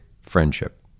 friendship